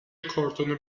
کارتون